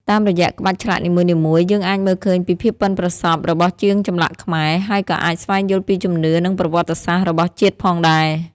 តាមរយៈក្បាច់ឆ្លាក់នីមួយៗ យើងអាចមើលឃើញពីភាពប៉ិនប្រសប់របស់ជាងចម្លាក់ខ្មែរ ហើយក៏អាចស្វែងយល់ពីជំនឿ និងប្រវត្តិសាស្រ្តរបស់ជាតិផងដែរ។